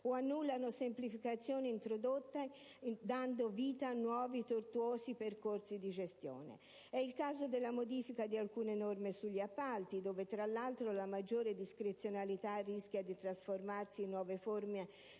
o annullano semplificazioni introdotte dando vita a nuovi tortuosi percorsi di gestione. È il caso della modifica di alcune norme sugli appalti dove, tra l'altro, la maggiore discrezionalità rischia di trasformarsi in nuove forme